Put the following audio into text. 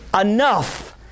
enough